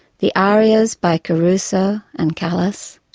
the arias by caruso and callas,